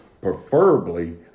Preferably